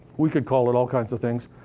we could call it all kinds of things.